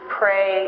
pray